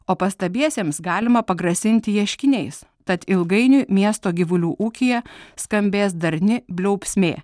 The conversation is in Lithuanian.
o pastabiesiems galima pagrasinti ieškiniais tad ilgainiui miesto gyvulių ūkyje skambės darni bliaubsmė